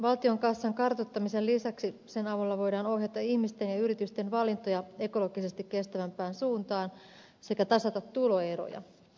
valtion kassan kartuttamisen lisäksi sen avulla voidaan ohjata ihmisten ja yritysten valintoja ekologisesti kestävämpään suuntaan sekä tasata tuloeroja